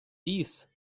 dies